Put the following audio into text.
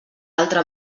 altra